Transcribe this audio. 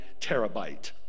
terabyte